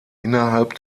innerhalb